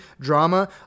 drama